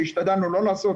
שהשתדלנו לא לעשות,